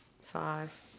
five